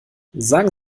sagen